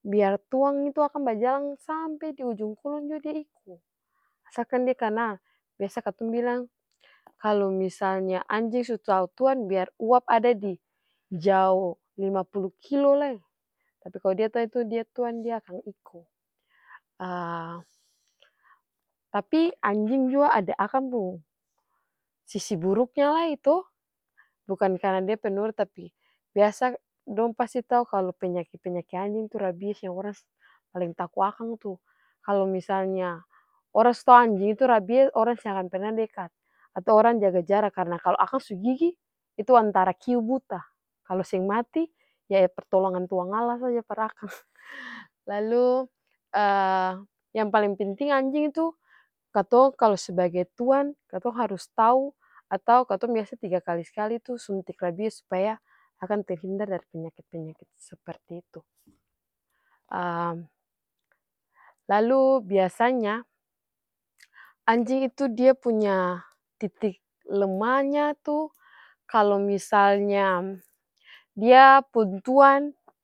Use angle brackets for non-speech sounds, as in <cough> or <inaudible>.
biar tuang itu akang bajalang sampe diujung kulon jua dia iko asalkan dia kanal biasa katong bilang kalu misalnya anjing su tau tuang biar uap ada di jao lima pulu kilo lai tapi kalo dia tau dia pung tuang dia akan iko. <hesitation> tapi anjing jua ada akang pung sisi buruknya lai to bukan karna dia penurut tapi biasa dong pasti tau kalu penyaki-penyaki anjing tuh rabies yang oarang paleng taku akang itu, kalu misalnya orang su tau anjing itu rabies orang seng parna dekat atau orang jaga jarak karna kalu akang su gigi itu antara kiyu buta, kalu seng mati ya cuma pertolongan tuangala saja par akang. <hesitation> Lalu yang paleng penting anjing itu katong kalu sebagai tuan katong harus tau atau katong biasa tiga kali sekali tuh suntik rabies supaya akang terhindar dari penyakit-penyakit seperti itu. <hesitation> lalu biasanya anjing itu dia punya titik lemanya itu kalu misalnya dia pung tuan.